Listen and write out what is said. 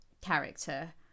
character